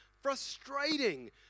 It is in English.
frustrating